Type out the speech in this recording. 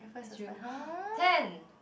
is real ten